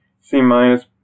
C-minus